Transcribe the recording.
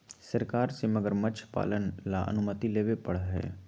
सरकार से मगरमच्छ पालन ला अनुमति लेवे पडड़ा हई